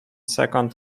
second